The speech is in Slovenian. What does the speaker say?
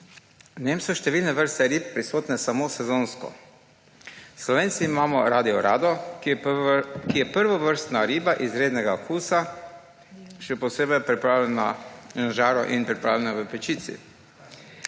V njem so številne vrste rib prisotne samo sezonsko. Slovenci imamo radi orado, ki je prvovrstna riba izrednega okusa, še posebej pripravljena na žaru in pripravljena v pečici.